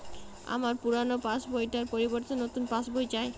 আমার পুরানো passbook টার পরিবর্তে নতুন পাশ বই চাই